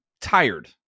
tired